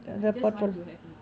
I just want to have more